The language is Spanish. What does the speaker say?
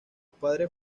padres